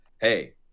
Hey